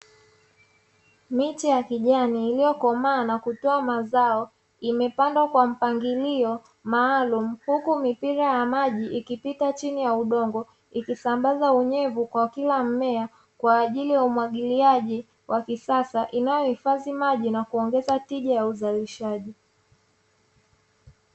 Miti ya kijani iiyokomaa na kutoa mazao imepandwa kwa mpangilio maalumu, huku mipira ya maji ikipita chini ya udongo ikisambaza unyevu kwa kila mmea, kwa ajili ya umwagiliaji wa kisasa inayohifadhi maji na kuongeza tija ya uzalishaji.